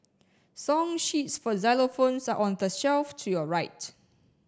song sheets for xylophones are on the shelf to your right